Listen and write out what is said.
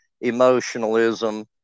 emotionalism